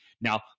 Now